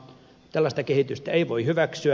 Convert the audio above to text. tällaista kehitystä ei voi hyväksyä